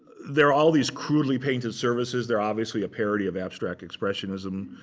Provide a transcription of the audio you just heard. there are all these crudely painted services. they're obviously a parody of abstract expressionism.